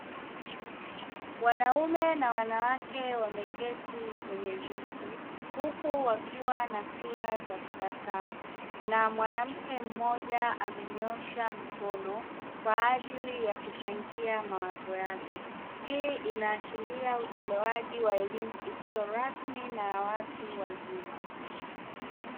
Wanaume na wanawake wameketi kwenye viti huku akiwa na sura za tabasamu, na mwanamke mmoja amenyoosha mkono kwa ajili ya kuchangia mawazo yake, hii inaashiria utolewaji wa elimu isiyo rasmi na ya watu wazima.